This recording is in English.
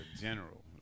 general